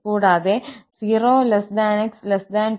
കൂടാതെ 0𝑥𝜋 വരെ 𝑥 എന്നും തന്നിരിക്കുന്നു